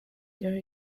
there